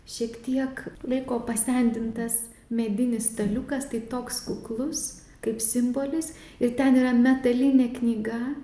šiek tiek laiko pasendintas medinis staliukas tai toks kuklus kaip simbolis ir ten yra metalinė knyga